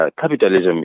capitalism